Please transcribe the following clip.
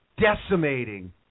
decimating